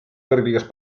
kõrgliigas